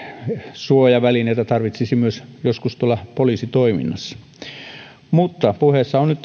suojavälineitä tarvitsisi joskus myös poliisitoiminnassa mutta puheena ovat nyt